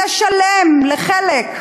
לשלם לחלק מהעובדים.